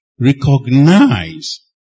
Recognize